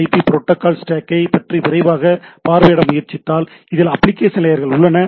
B TCP IP protocol ஸ்டேக்கை பற்றி விரைவாக பார்வையிட முயற்சித்தால் இதில் அப்ளிகேஷன் லேயர்கள் உள்ளன